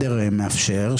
בחדר מאפשר,